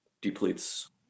depletes